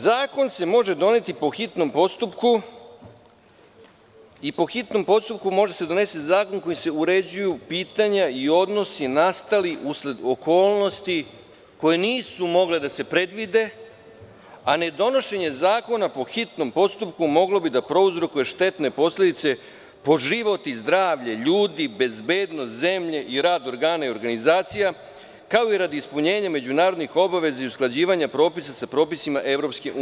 Zakon se može doneti po hitnom postupku kojim se uređuju pitanja i odnosi nastali usled okolnosti koje nisu mogle da se predvide, a nedonošenje zakona po hitnom postupku moglo bi da prouzrokuje štetne posledice po život i zdravlje ljudi, bezbednost zemlje i rad ograna i organizacija, kao i radi ispunjenja međunarodnih obaveza i usklađivanja propisa sa propisima EU.